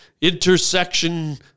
intersection